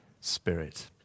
Spirit